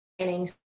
training